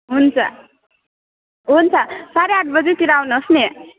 हुन्छ हुन्छ साढे आठ बजेतिर आउनुहोस् नि